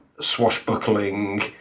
swashbuckling